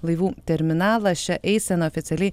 laivų terminalas šia eisena oficialiai